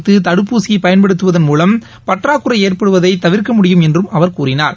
மாநிலஅரசுகள் தடுப்பூசியைபயன்படுத்துவது முலம் பற்றாக்குறைஏற்படுவதைதவிர்க்க முடியும் என்றும் அவர் கூறினார்